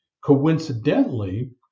Coincidentally